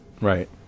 Right